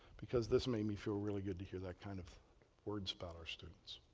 because this made me feel really good to hear that kind of words about our students.